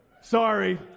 Sorry